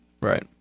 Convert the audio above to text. Right